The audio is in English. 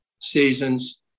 seasons